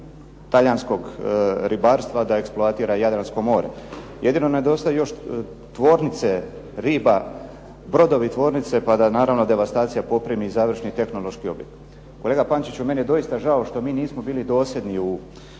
talijanskog ribarstva da eksploatira Jadransko more. Jedino nedostaje još tvornice riba, brodovi tvornice, pa da naravna devastacija poprimi završni tehnološki objekat. Kolega Pančiću meni je doista žao što mi nismo bili dosljedni u